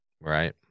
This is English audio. Right